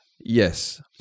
Yes